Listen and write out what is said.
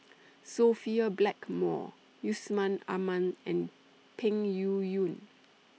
Sophia Blackmore Yusman Aman and Peng Yuyun